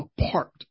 apart